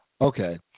Okay